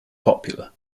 popular